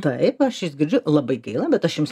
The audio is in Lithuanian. taip aš jus girdžiu labai gaila bet aš jums